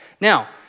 Now